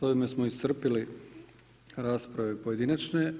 S ovime smo iscrpili rasprave pojedinačne.